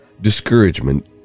discouragement